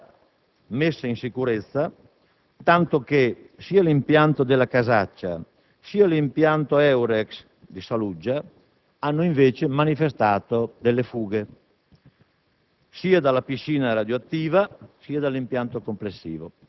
una non cura della famosa messa in sicurezza, tanto che sia l'impianto della Casaccia, sia l'impianto Eurex di Saluggia hanno manifestato delle fughe,